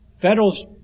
Federals